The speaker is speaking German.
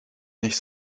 nicht